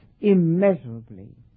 immeasurably